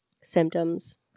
Symptoms